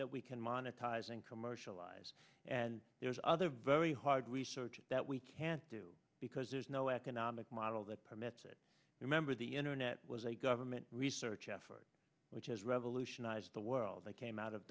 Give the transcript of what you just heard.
that we can monetize and commercialize and there's other very hard research that we can't do because there's no economic model that permits it remember the internet was a government research effort which has revolutionized the world that came out of